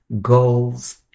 goals